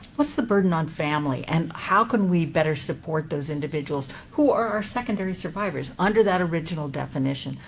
what's the burden on family, and how can we better support those individuals who are secondary survivors under that original definition?